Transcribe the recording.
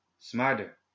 smarter